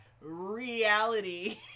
reality